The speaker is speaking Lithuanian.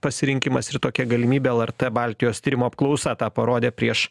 pasirinkimas ir tokia galimybė lrt baltijos tyrimų apklausa tą parodė prieš